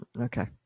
Okay